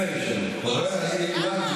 למה?